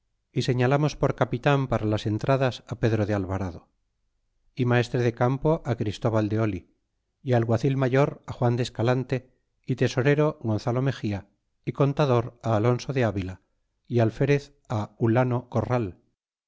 y señalamos or capitan para las entradas á pedro de alvarado y maestre de campo christúval de oli y alguacil mayor juan de escalan te y tesorero gonzalo mexia y contador alonso de avila y alferez hulano corral